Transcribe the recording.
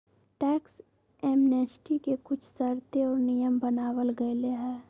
tax amnesty के कुछ शर्तें और नियम बनावल गयले है